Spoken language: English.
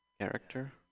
character